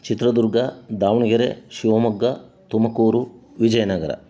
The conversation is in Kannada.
ಚಿತ್ರದುರ್ಗ ದಾವಣಗೆರೆ ಶಿವಮೊಗ್ಗ ತುಮಕೂರು ವಿಜಯನಗರ